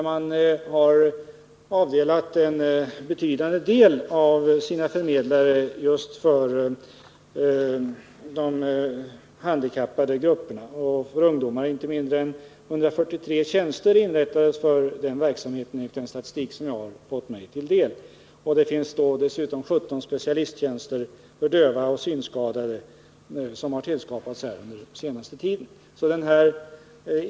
Man har avdelat en betydande del av sina förmedlare just för de handikappade och ungdomar. Inte mindre än 143 tjänster inrättades för den verksamheten enligt den statistik jag har fått ta del av. Dessutom finns 17 specialisttjänster för döva och synskadade, som tillskapats under den senaste tiden.